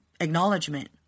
acknowledgement